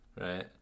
right